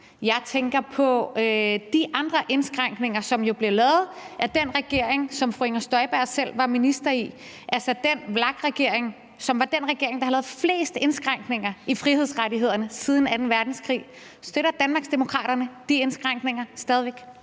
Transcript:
jeg tænker på de andre indskrænkninger, som jo blev lavet af den regering, som fru Inger Støjberg selv var minister i; altså den VLAK-regering, som er den regering, der har lavet flest indskrænkninger i frihedsrettighederne siden anden verdenskrig. Støtter Danmarksdemokraterne de indskrænkninger stadig væk?